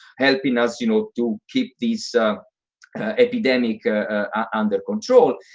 helping us you know to keep this epidemic under control,